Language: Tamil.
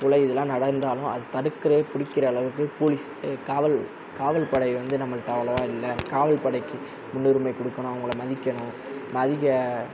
கொள்ளை இதெல்லாம் நடந்தாலும் அதை தடுக்கிற பிடிக்கிற அளவுக்கு போலீஸ் காவல் காவல்படை வந்து நம்மள்கிட்ட அவ்வளோவாக இல்லை காவல்படைக்கு முன்னுரிமை கொடுக்கணும் அவங்கள மதிக்கணும் மதிக்க